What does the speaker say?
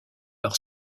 par